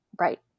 right